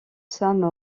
sam